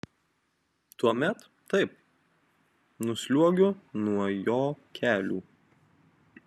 tuomet taip nusliuogiu nuo jo kelių